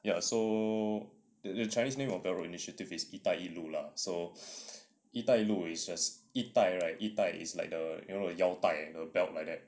ya so the chinese name of belt road initiative is 一带一路 lah so 一带一路 is just 一带 right 一带 is like the you know the 腰带 you know belt like that